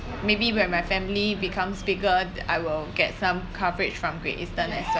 maybe when my family becomes bigger I will get some coverage from great eastern as well